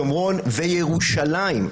שומרון וירושלים.